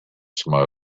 smoke